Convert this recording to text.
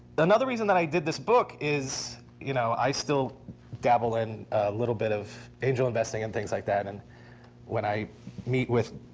another reason that i did this book is you know i still dabble in a little bit of angel investing and things like that. and when i meet with